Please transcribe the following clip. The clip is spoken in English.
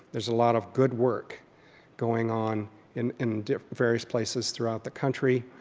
there's a lot of good work going on in in various places throughout the country.